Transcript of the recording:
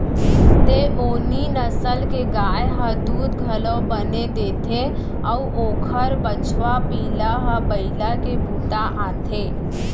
देओनी नसल के गाय ह दूद घलौ बने देथे अउ ओकर बछवा पिला ह बइला के बूता आथे